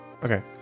Okay